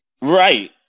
Right